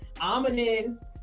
ominous